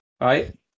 right